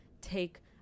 take